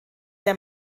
der